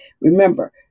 Remember